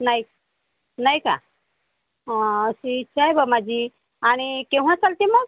नाही नाही का अशी इच्छा आहे बा माझी आणि केव्हा चलते मग